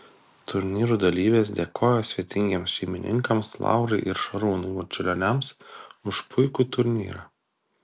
turnyrų dalyvės dėkojo svetingiems šeimininkams laurai ir šarūnui marčiulioniams už puikų turnyrą